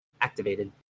activated